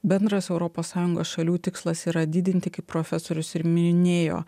bendras europos sąjungos šalių tikslas yra didinti kaip profesorius ir minėjo